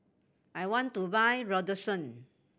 I want to buy Redoxon